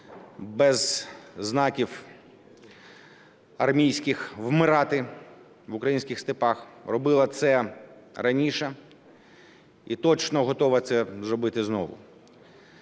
без знаків армійських вмирати в українських степах, робила це раніше і точно готова це зробити знову.